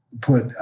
put